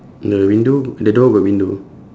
the window the door got window